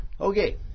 Okay